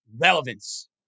relevance